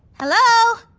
hello?